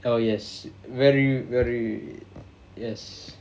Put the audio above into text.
oh yes very very yes